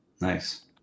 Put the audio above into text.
nice